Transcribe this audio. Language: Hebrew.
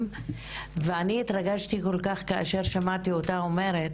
ואני התרגשתי כל כך כאשר שמעתי אותה אומרת,